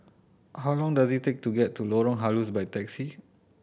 how long does it take to get to Lorong Halus by taxi